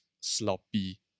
sloppy